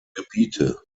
gebiete